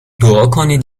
دعاکنید